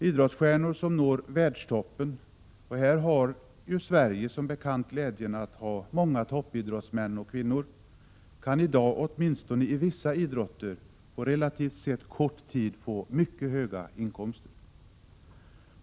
Idrottsstjärnor som når världstoppen — och här har Sverige som bekant glädjen att ha många toppidrottsmän och kvinnor — kan i dag, åtminstone i vissa idrotter, på relativt sett kort tid få mycket höga inkomster.